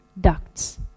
ducts